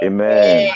Amen